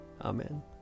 Amen